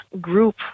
group